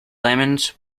lemons